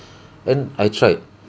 then I tried